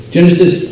Genesis